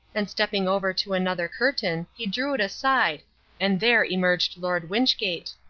and stepping over to another curtain he drew it aside and there emerged lord wynchgate.